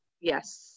Yes